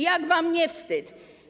Jak wam nie wstyd?